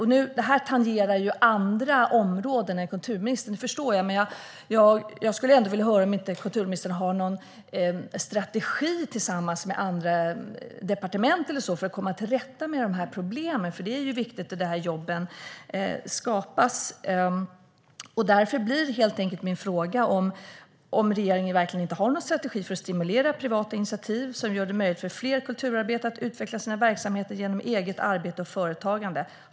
Det tangerar andra områdena än kulturministerns, förstår jag, men jag skulle ändå vilja höra om inte kulturministern har någon strategi tillsammans med andra departement för att komma till rätta med de här problemen. Det är ju viktigt, för det är här som jobben skapas. Därför blir min fråga helt enkelt om regeringen verkligen inte har någon strategi för att stimulera privata initiativ som gör det möjligt för fler kulturarbetare att utveckla sina verksamheter genom eget arbete och företagande.